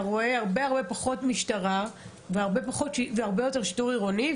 אתה רואה פחות משטרה והרבה יותר שיטור עירוני,